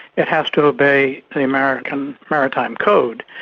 it has to obey the american maritime code,